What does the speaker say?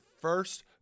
first